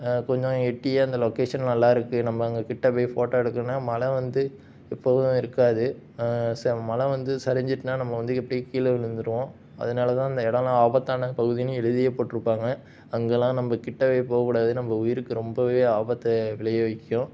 கொஞ்சம் எட்டியா அந்த லொகேஷன் நல்லா இருக்கு நம்ம கிட்ட போய் ஃபோட்டோ எடுக்கணுன்னா மலை வந்து எப்போவும் இருக்காது ச மலை வந்து சரிஞ்சிட்ன்னா நம்மளை வந்து எப்படி கீழே விழுந்துரும் அதனாலதான் அந்த இடோலாம் ஆபத்தான பகுதின்னு எழுதியே போட் இருப்பாங்க அங்கேலாம் நம்ம கிட்டக்கயே போகக்கூடாது நம்ம உயிருக்கு ரொம்பவே ஆபத்தை விளைவிக்கும்